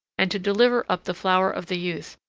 and to deliver up the flower of the youth,